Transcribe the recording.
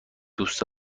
دوست